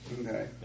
Okay